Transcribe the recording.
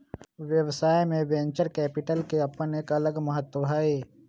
व्यवसाय में venture capital के अपन एक अलग महत्व हई